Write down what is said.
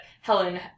helen